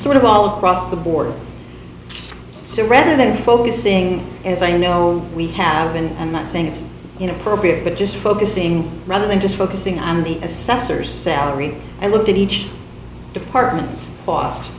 sort of all across the board so rather than focusing as i know we have been i'm not saying it's inappropriate but just focusing rather than just focusing on the assessors salary and looked at each department's cost